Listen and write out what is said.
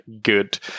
good